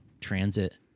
transit